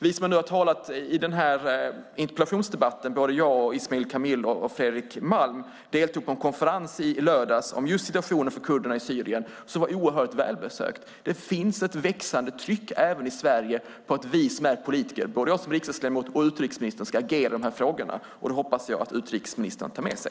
Vi som nu har talat i interpellationsdebatten, både jag, Ismail Kamil och Fredrik Malm, deltog på en konferens i lördags just om situationen för kurderna i Syrien som var oerhört välbesökt. Det finns ett växande tryck även i Sverige på att vi som är politiker, både jag som riksdagsledamot och utrikesministern, ska agera i dessa frågor. Det hoppas jag att utrikesministern tar med sig.